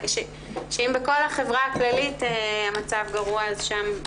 שאם בכל החברה הכללית המצב גרוע אז שם,